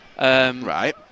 Right